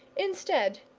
instead,